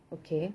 okay